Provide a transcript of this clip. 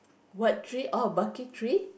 what tree oh bucket tree